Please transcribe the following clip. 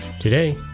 Today